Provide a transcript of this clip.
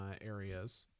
areas